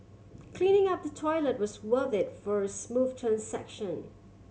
cleaning up the toilet was worth it for a smooth transaction